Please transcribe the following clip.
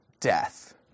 death